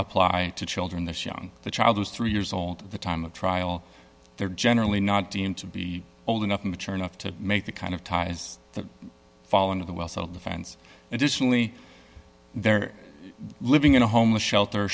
apply to children this young the child is three years old at the time of trial they're generally not deemed to be old enough and mature enough to make the kind of ties that fall into the well self defense additionally they're living in a homeless shelter